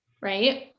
right